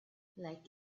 like